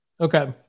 okay